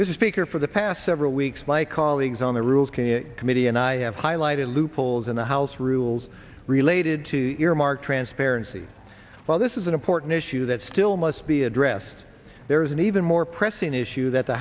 is a speaker for the past several weeks my colleagues on the rules committee and i have highlighted loopholes in the house rules related to the earmark transparency while this is an important issue that still must be addressed there is an even more pressing issue that the